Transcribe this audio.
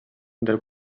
del